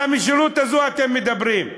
על המשילות הזו אתם מדברים.